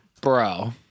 Bro